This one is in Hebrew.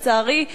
לצערי,